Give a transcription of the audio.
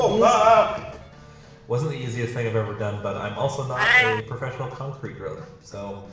ah wasn't the easiest thing i've ever done but i'm also not a professional concrete driller. so,